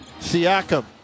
Siakam